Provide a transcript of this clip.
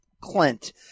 Clint